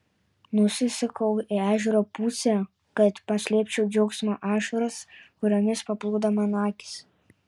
nusisukau į ežero pusę kad paslėpčiau džiaugsmo ašaras kuriomis paplūdo mano akys